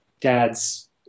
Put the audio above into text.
dad's